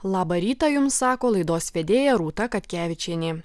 labą rytą jums sako laidos vedėja rūta katkevičienė